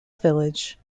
village